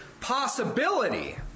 possibility